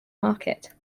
market